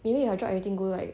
maybe if I drop everything go like